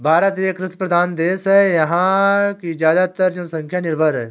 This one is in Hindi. भारत एक कृषि प्रधान देश है यहाँ की ज़्यादातर जनसंख्या निर्भर है